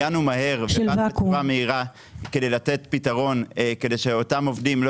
הגענו מהר כדי לתת פתרון כדי שאותם עובדים לא